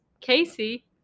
Casey